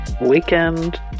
Weekend